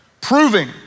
Proving